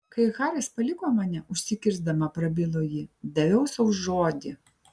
kai haris paliko mane užsikirsdama prabilo ji daviau sau žodį